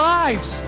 lives